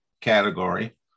category